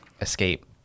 escape